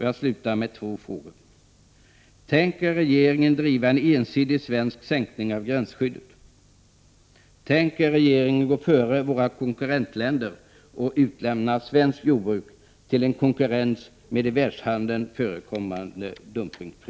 Jag vill avsluta med två frågor: